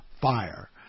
fire